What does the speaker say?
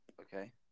Okay